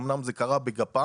אמנם הוא קרה בגפ"מ,